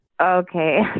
Okay